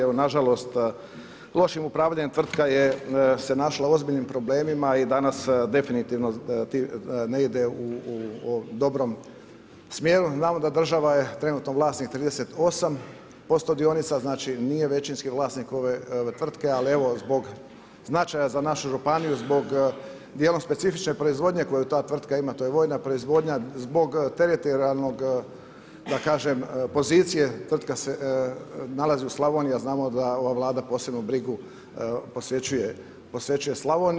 Evo nažalost lošim upravljanjem tvrtka se našla u ozbiljnim problemima i danas definitivno ne ide u dobrom smjeru, znamo da država je trenutno vlasnik 38% dionica, znači nije većinski vlasnik ove tvrtke ali evo, zbog značaja za našu županiju, zbog djelom specifične proizvodnje koju ta tvrtka ima, to je vojna proizvodnja, zbog teritorijalne da kažem poziciji, tvrtka se nalazi u Slavoniji, a znamo da ova Vlada posebnu brigu posvećuje Slavoniji.